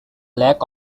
lack